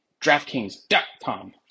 DraftKings.com